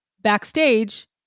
backstage